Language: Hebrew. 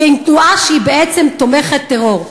ועם תנועה שהיא בעצם תומכת טרור.